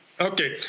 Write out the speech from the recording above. Okay